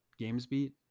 GamesBeat